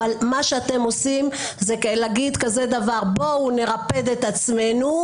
אבל מה שאתם עושים זה להגיד כזה דבר: בואו נרפד את עצמנו,